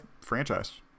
franchise